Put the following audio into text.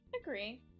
agree